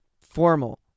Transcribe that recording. formal